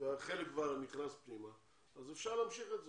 וחלק נכנס פנימה אז אפשר להמשיך את זה.